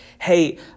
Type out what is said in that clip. hey